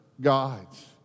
gods